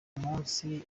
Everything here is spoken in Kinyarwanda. umunsi